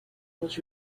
was